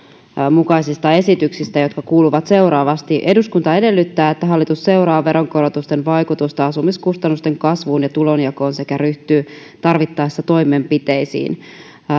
mukaisista esityksistä jotka kuuluvat seuraavasti eduskunta edellyttää että hallitus seuraa veronkorotusten vaikutusta asumiskustannusten kasvuun ja tulonjakoon sekä ryhtyy tarvittaessa toimenpiteisiin